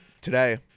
today